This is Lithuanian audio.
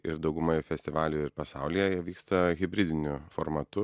ir dauguma ir festivalių ir pasaulyje įvyksta hibridiniu formatu